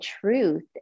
truth